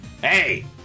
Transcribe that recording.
Hey